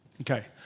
Okay